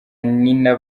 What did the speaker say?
nina